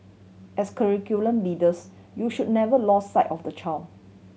as curriculum leaders you should never lose sight of the child